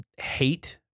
hate